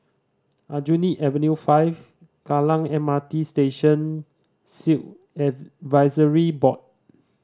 Aljunied Avenue Five Kallang M R T Station Sikh Advisory Board